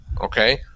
Okay